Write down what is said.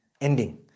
ending